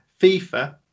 FIFA